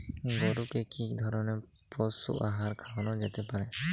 গরু কে কি ধরনের পশু আহার খাওয়ানো যেতে পারে?